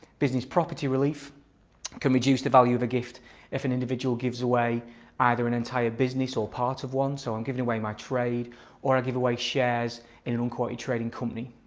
business property relief can reduce the value of a gift if an individual gives away either an entire business or part of one so i'm giving away my trade or i give away shares in an unquoted trading company.